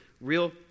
real